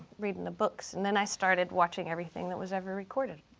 reading the books. and then i started watching everything that was ever recorded.